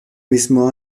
mismo